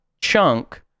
chunk